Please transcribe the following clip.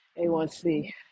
A1C